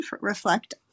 reflect